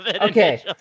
okay